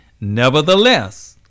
Nevertheless